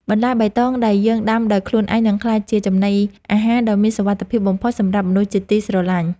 បន្លែបៃតងដែលយើងដាំដោយខ្លួនឯងនឹងក្លាយជាចំណីអាហារដ៏មានសុវត្ថិភាពបំផុតសម្រាប់មនុស្សជាទីស្រឡាញ់។